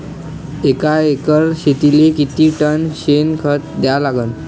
एका एकर शेतीले किती टन शेन खत द्या लागन?